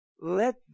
Let